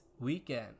weekend